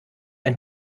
ein